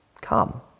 Come